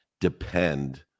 depend